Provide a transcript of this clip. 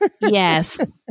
Yes